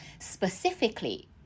specifically